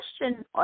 question